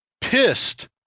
pissed